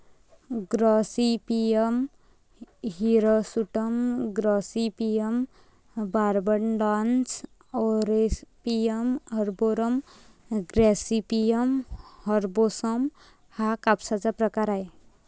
Gossypium hirsutum, gossypium barbadense, gossypium arboreum, gossypium herbaceum हा कापसाचा प्रकार आहे